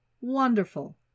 Wonderful